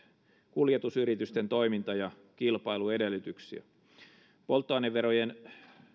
kuljetusyritysten toiminta ja kilpailuedellytyksiä polttoaineverojen